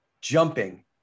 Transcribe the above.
jumping